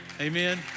Amen